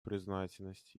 признательность